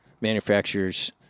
manufacturer's